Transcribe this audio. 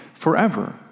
forever